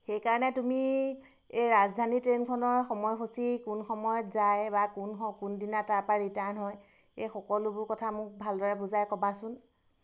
সেইকাৰণে তুমি এই ৰাজধানী ট্ৰেইনখনৰ সময়সূচী কোন সময়ত যায় বা কোন স কোনদিনা তাৰ পৰা ৰিটাৰ্ণ হয় এই সকলোবোৰ কথা মোক ভালদৰে বুজাই ক'বাচোন